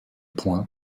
point